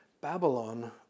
Babylon